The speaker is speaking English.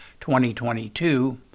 2022